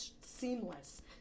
seamless